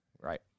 Right